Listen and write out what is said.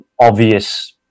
obvious